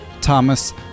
Thomas